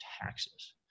taxes